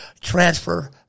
transfer